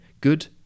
good